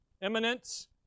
Eminence